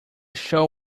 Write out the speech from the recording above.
show